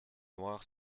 noir